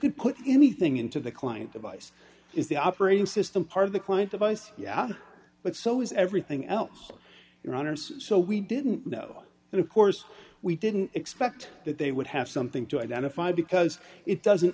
can put anything into the client device is the operating system part of the client device yeah but so is everything else in runners so we didn't know and of course we didn't expect that they would have something to identify because it doesn't